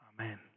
Amen